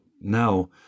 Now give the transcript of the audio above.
now